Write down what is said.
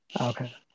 Okay